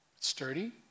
Sturdy